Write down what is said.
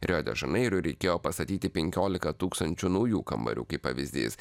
rio de žaneirui reikėjo pastatyti penkioliką tūkstančių naujų kambarių kaip pavyzdys